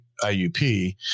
IUP